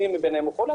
מי מביניהם חולה,